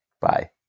Bye